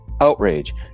outrage